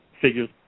figures